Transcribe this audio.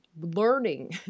learning